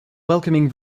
welcoming